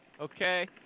Okay